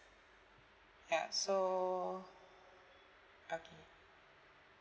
ya so okay